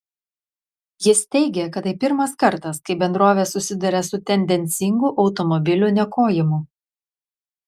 jis teigė kad tai pirmas kartas kai bendrovė susiduria su tendencingu automobilių niokojimu